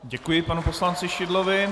Děkuji panu poslanci Šidlovi.